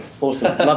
awesome